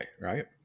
right